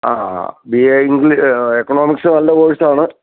ആ B A ഇംഗ്ലീ economics നല്ല കോഴ്സാണ്